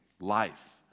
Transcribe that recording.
life